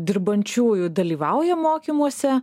dirbančiųjų dalyvauja mokymuose